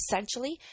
essentially